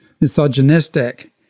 misogynistic